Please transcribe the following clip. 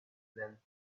length